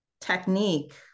technique